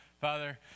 Father